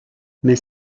mais